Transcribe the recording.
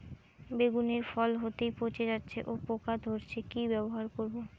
বেগুনের ফল হতেই পচে যাচ্ছে ও পোকা ধরছে কি ব্যবহার করব?